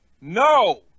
No